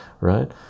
right